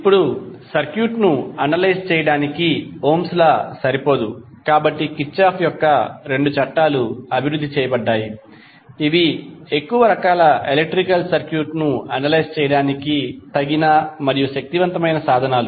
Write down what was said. ఇప్పుడు సర్క్యూట్ ను అనలైజ్ చేయడానికి ఓమ్స్ లా Ohms law సరిపోదు కాబట్టి కిర్చాఫ్ యొక్క రెండు చట్టాలు అభివృద్ధి చేయబడ్డాయి ఇవి ఎక్కువ రకాల ఎలక్ట్రికల్ సర్క్యూట్ ను అనలైజ్ చేయడానికి తగిన మరియు శక్తివంతమైన సాధనాలు